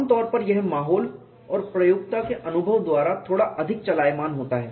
आम तौर पर यह माहौल और प्रयोक्ता के अनुभव द्वारा थोड़ा अधिक चलायमान होता है